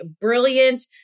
brilliant